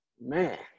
Man